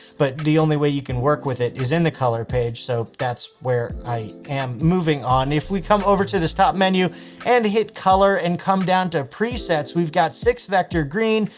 but the only way you can work with it is in the color page. so that's where i am moving on. if we come over to this top menu and hit color and come down to presets, we've got six vector, green,